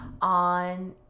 on